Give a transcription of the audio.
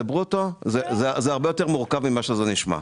ברוטו; זה הרבה יותר מורכב ממה שזה נשמע.